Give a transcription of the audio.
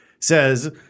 says